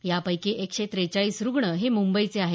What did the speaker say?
यापैकी एकशे त्रेचाळीस रूग्ण हे मुंबईचे आहेत